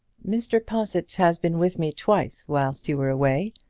mr. possitt has been with me twice whilst you were away,